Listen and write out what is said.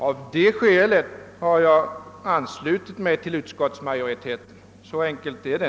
Av det skälet har jag anslutit mig till utskottsmajoriteten. Så enkelt är det.